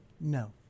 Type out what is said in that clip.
no